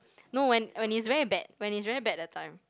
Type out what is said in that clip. no when when it's very bad when it's very bad that time